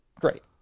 great